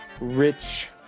rich